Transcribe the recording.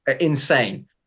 insane